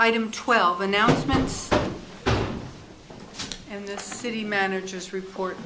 item twelve announcements and city managers report